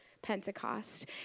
Pentecost